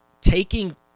taking